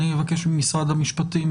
אני אבקש ממשרד המשפטים